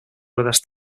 ruedas